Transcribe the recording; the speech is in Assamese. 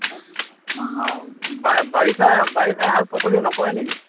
অঁ বা বাৰিষা বাৰিষা শাক পাচলি নকৰে নেকি